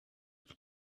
that